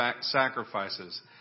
sacrifices